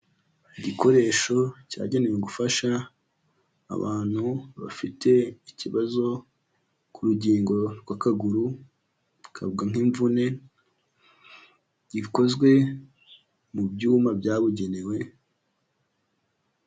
Igikoresho cyagenewe gufasha abantu bafite ikibazo ku rugingo rw'akaguru, twavuga nk'imvune, gikozwe mu byuma byabugenewe.